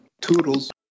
Toodles